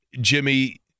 Jimmy